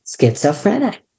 schizophrenic